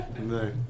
No